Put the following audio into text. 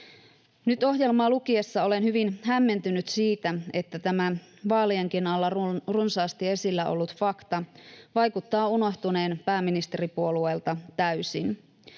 Nyt ohjelmaa luettuani olen hyvin hämmentynyt siitä, että tämä vaalienkin alla runsaasti esillä ollut fakta vaikuttaa unohtuneen pääministeripuolueelta täysin.